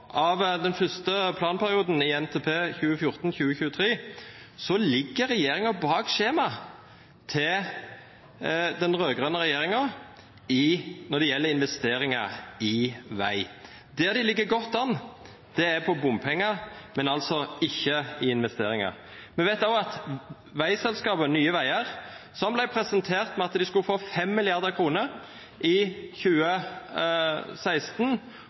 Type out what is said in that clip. av den første planperioden i NTP for 2014–2023, ligg regjeringa bak skjemaet til den raud-grøne regjeringa når det gjeld investeringar i veg. Der dei ligg godt an, er når det gjeld bompengar, men altså ikkje i investeringar. Me veit òg at vegselskapet Nye Vegar AS, som vart presentert med at dei skulle få 5 mrd. kr i